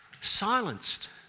silenced